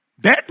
dead